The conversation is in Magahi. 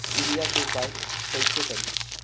पीलिया के उपाय कई से करी?